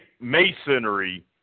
Masonry